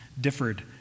differed